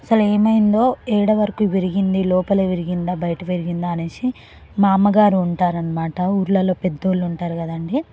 అసలు ఏమైందో ఎక్కడ వరకు విరిగింది లోపల విరిగిందా బయట విరిగిందా అనేసి మా అమ్మ గారు ఉంటారనమాట ఊర్లల్లో పెద్దోళ్ళు ఉంటారు కదండి